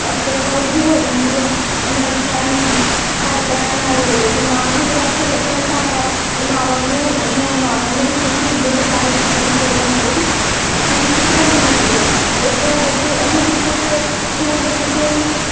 exercise ਵੀ ਹੋ ਜਾਂਦੀ ਹੈ ਉਹਨਾਂ ਦੀ ਸਾਰੀ ਹਰ ਤਰ੍ਹਾਂ ਨਾਲ ਉਹ ਦਿਮਾਗ ਵੀ ਫਰੈਸ਼ ਰੇ ਰਹਿੰਦਾ ਹੈ ਅਤੇ ਮਾਂ ਬਾਪ ਨੂੰ ਉਹਨਾਂ ਨੂੰ ਮਾਂ ਬਾਪ ਨੂੰ ਵੀ ਖੁਸ਼ੀ ਹੁੰਦੀ ਹੈ ਅਤੇ ਨਾਲੇ ਬੱਚਿਆਂ ਨੂੰ ਕੋਈ ਨਾ ਕੋਈ ਚੀਜ਼ ਸਿੱਖਣ ਨੂੰ ਮਿਲਦੀ ਹੈ ਅਤੇ ਇਸ ਤਰ੍ਹਾਂ ਬੱਚੇ ਇਹਨੂੰ ਸਿੱਖ ਕੇ ਸਕੂਲ ਦੇ ਕਿਸੇ ਵੀ